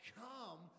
come